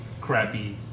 crappy